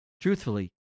Truthfully